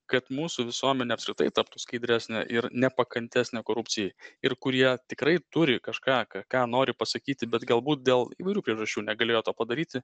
kad mūsų visuomenė apskritai taptų skaidresnė ir nepakantesnė korupcijai ir kurie tikrai turi kažką ką nori pasakyti bet galbūt dėl įvairių priežasčių negalėjo to padaryti